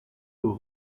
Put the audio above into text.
aux